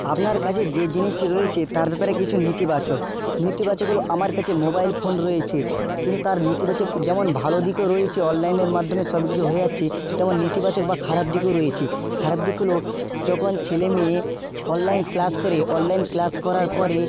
আপনার কাছে যে জিনিসটি রয়েছে তার ব্যাপারে কিছু নেতিবাচক নেতিবাচক হলো আমার কাছে মোবাইল ফোন রয়েছে কিন্তু তার নেতিবাচক যেমন ভালো দিকও রয়েছে অনলাইনের মাধ্যমে সব কিছু হয়ে যাচ্ছে তেমন নেতিবাচক বা খারাপ দিকও রয়েছে খারাপ দিক হলো যখন ছেলে মেয়ে অনলাইন ক্লাস করে অনলাইন ক্লাস করার পরে